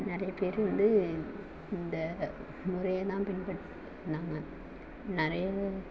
நிறைய பேர் வந்து இந்த முறையை தான் பின்பற்றினாங்க நிறையாவும்